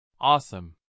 Awesome